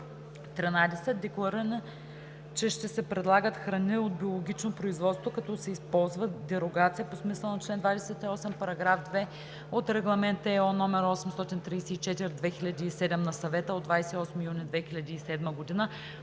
13. деклариране, че ще се предлагат храни от биологично производство, като се ползва дерогация по смисъла на чл. 28, параграф 2 от Регламент (ЕО) № 834/2007 на Съвета от 28 юни 2007 г.